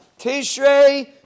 Tishrei